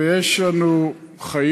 ויש לנו חיים,